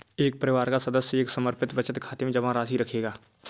एक परिवार का सदस्य एक समर्पित बचत खाते में जमा राशि रखेगा